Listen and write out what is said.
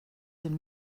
den